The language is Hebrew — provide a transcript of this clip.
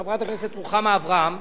חברת הכנסת רוחמה אברהם,